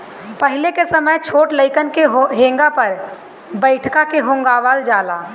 पहिले के समय छोट लइकन के हेंगा पर बइठा के हेंगावल जाला